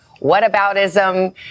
whataboutism